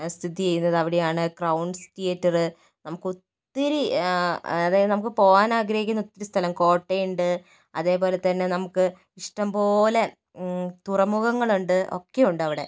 സ്ഥിതി ചെയ്യുന്നത് അവിടെയാണ് ക്രൌൺസ് തിയറ്ററ് നമുക്കൊത്തിരി അതായത് നമുക്ക് പോകാനാഗ്രഹിക്കുന്ന ഒത്തിരി സ്ഥലം കോട്ടയുണ്ട് അതേപോലെ തന്നെ നമുക്ക് ഇഷ്ടംപോലെ തുറമുഖങ്ങളിണ്ട് ഒക്കെയൊണ്ടവിടെ